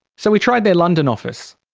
so we tried their london office.